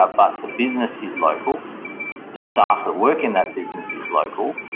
ah but the business is local the staff that work in that business is local,